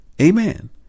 Amen